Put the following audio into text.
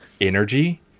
energy